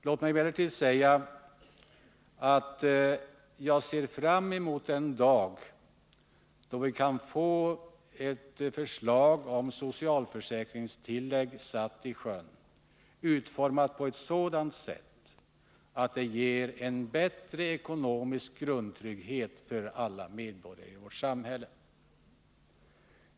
Låt mig emellertid säga att jag ser fram emot den dag då vi kan få ett förslag om socialförsäkringstillägg utformat på ett sådant sätt att det ger en bättre ekonomisk grundtrygghet för alla medborgare i vårt samhälle.